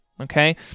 okay